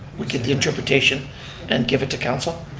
we get the interpretation and give it to council.